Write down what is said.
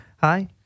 hi